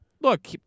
Look